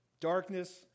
Darkness